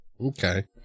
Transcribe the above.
Okay